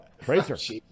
tracer